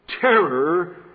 terror